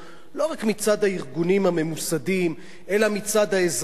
לא רק מצד הארגונים הממוסדים אלא מצד האזרחים,